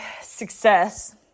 success